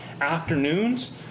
afternoons